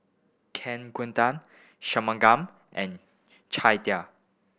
Kaneganti Shunmugam and Chandi